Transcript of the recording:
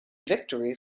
victory